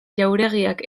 jauregiak